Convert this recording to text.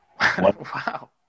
Wow